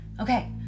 okay